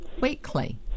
weekly